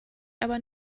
aber